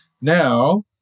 Now